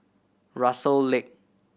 Russel Lack